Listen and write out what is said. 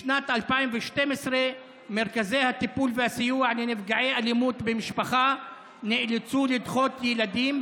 בשנת 2012 מרכזי הטיפול והסיוע לנפגעי אלימות במשפחה נאלצו לדחות ילדים,